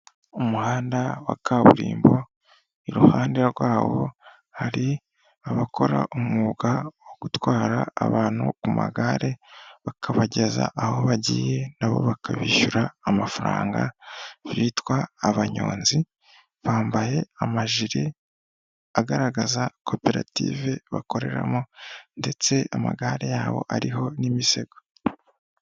Umuhanda wa kaburimbo, iruhande rwawo hari abakora umwuga wo gutwara abantu ku magare, bakabageza aho bagiye na bo bakabishyura amafaranga, bitwa abanyonzi, bambaye amajiri agaragaza koperative bakoreramo ndetse amagare yabo ariho n'imisego.